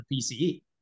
PCE